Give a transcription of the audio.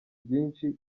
byinshi